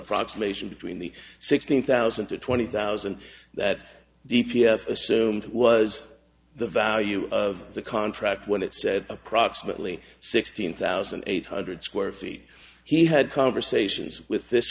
approximation between the sixteen thousand to twenty thousand that the p f assumed was the value of the contract when it said approximately sixteen thousand eight hundred square feet he had conversations with this